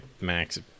max